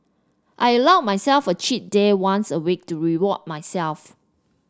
I allow myself a cheat day once a week to reward myself